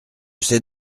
sais